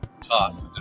tough